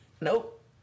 Nope